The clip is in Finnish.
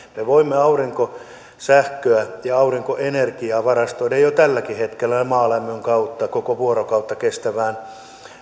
me voimme aurinkosähköä ja ja aurinkoenergiaa varastoida jo tälläkin hetkellä ja maalämmön kautta koko vuorokauden kestävään